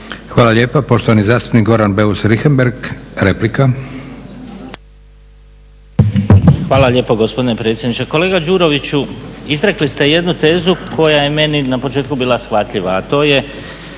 Hvala lijepa. Poštovani zastupnik Goran Beus Richembergh, replika. **Beus Richembergh, Goran (HNS)** Hvala lijepo gospodine predsjedniče. Kolega Đuroviću, izrekli ste jednu tezu koja je meni na početku bila shvatljiva, a to je